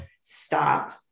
stop